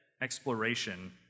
exploration